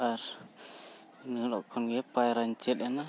ᱟᱨ ᱮᱱ ᱦᱤᱞᱳᱜ ᱠᱷᱚᱱᱜᱮ ᱯᱟᱭᱨᱟᱧ ᱪᱮᱫ ᱮᱱᱟ